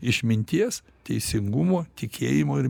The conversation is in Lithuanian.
išminties teisingumo tikėjimo ir